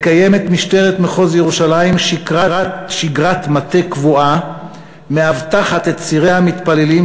מקיימת משטרת מחוז ירושלים שגרת מטה קבועה ומאבטחת את צירי המתפללים,